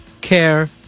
care